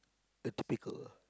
the typical lah